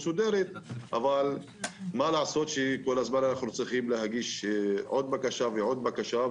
אבל מה לעשות שכל הזמן אנחנו צריכים להגיש עוד בקשה ועוד בקשה.